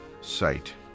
site